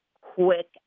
quick